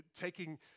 taking